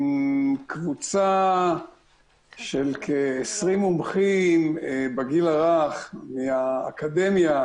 קבוצה שהם כ-20 מומחים בגיל הרך מהאקדמיה,